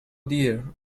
dear